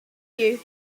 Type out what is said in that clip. you